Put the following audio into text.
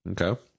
Okay